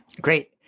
Great